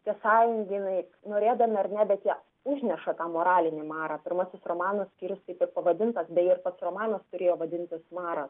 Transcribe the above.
tie sąjungininkai norėdami ar ne bet jie užneša tą moralinį marą pirmasis romano skyrius taip ir pavadintas beje romanas turėjo vadintis maras